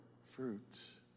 fruits